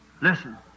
Listen